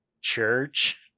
Church